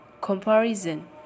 comparison